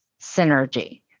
synergy